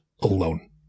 alone